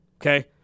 Okay